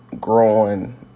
growing